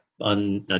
On